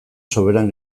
soberan